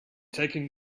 taking